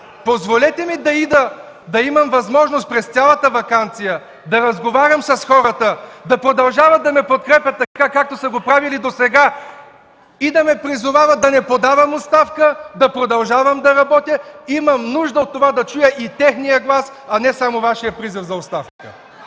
Позволете ми все пак да имам възможност през цялата ваканция да разговарям с хората, да продължават да ме подкрепят, така както са го правили досега и да ме призовават да не подавам оставка, да продължавам да работя. Имам нужда от това да чуя и техния глас, а не само Вашия призив за оставка.